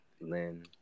Lynn